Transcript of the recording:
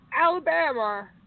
Alabama